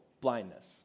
blindness